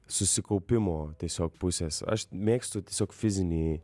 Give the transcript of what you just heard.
susikaupimo tiesiog pusės aš mėgstu tiesiog fizinį